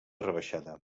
rebaixada